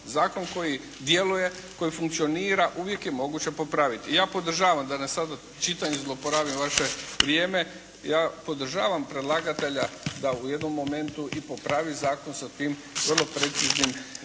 Zakon koji djeluje, koji funkcionira uvijek je moguće popraviti. I ja podržavam da sada ne čitam i ne zlouporabim vaše vrijeme, ja podržavam predlagatelja da u jednom momentu i popravi zakon sa tim vrlo preciznim